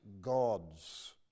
gods